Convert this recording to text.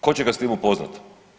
Tko će ga s tim upoznati?